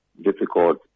difficult